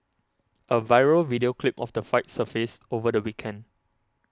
a viral video clip of the fight surfaced over the weekend